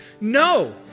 No